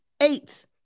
Eight